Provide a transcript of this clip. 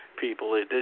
people